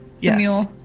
Yes